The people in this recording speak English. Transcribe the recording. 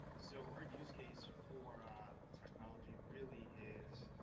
so our use case for technology really is,